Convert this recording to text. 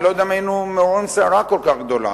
אני לא יודע אם היינו מעוררים סערה כל כך גדולה.